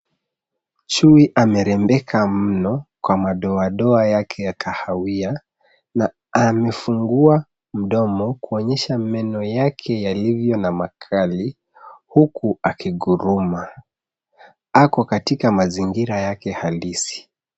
Chui amerembeka mno kwa madoadoa yake ya kahawia na amefungua mdomo kuonyesha meno yake yalivyo na makali huku akunguruma, ako katika mazingira yake halisi.